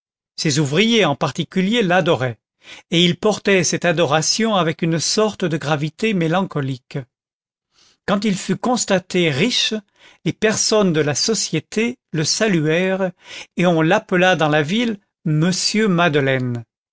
ses ouvriers en particulier l'adoraient et il portait cette adoration avec une sorte de gravité mélancolique quand il fut constaté riche les personnes de la société le saluèrent et on l'appela dans la ville monsieur madeleine